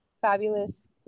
fabulous